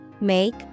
make